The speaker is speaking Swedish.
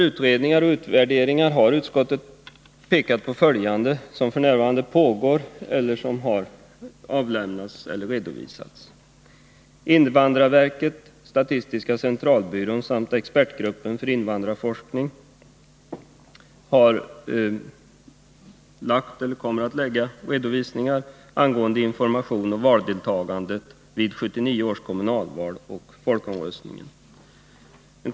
Utskottet har pekat på följande utredningar och utvärderingar som pågår eller har avlämnats: invandrarverket, statistiska centralbyrån samt expertgruppen för invandrarforskning har lagt eller kommer att lägga fram redovisningar angående information och valdeltagande vid 1979 års kommunalval och folkomröstningen 1980.